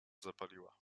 zapaliła